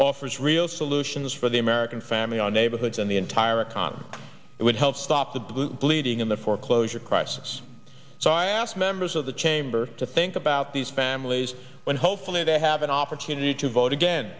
offers real solutions for the american family our neighborhoods and the entire economy it would help stop the blue bleeding in the foreclosure crisis so i asked members of the chamber to think about these families when hopefully they have an opportunity to vote again